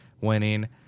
winning